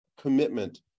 commitment